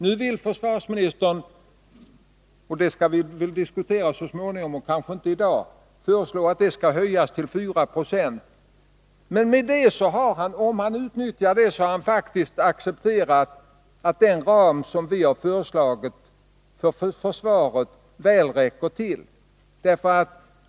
Nu vill försvarsministern föreslå en höjning till 4 90, och den frågan skall vi diskutera så småningom, kanske inte i dag. Men om försvarsministern utnyttjar det förslaget har han faktiskt accepterat att den ram som vi föreslagit för försvaret väl räcker till.